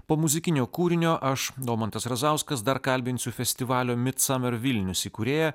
po muzikinio kūrinio aš domantas razauskas dar kalbinsiu festivalio midsummer vilnius įkūrėją